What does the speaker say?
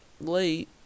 late